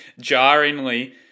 jarringly